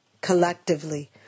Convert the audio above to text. collectively